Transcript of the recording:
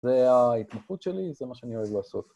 זה ההתמחות שלי, זה מה שאני אוהב לעשות